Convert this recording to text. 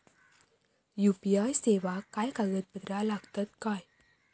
UPI सेवाक काय कागदपत्र लागतत काय?